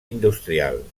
industrial